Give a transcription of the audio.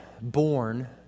born